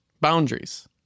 Boundaries